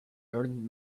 earned